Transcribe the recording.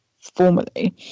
formally